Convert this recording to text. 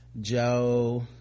Joe